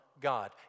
God